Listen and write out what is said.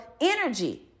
energy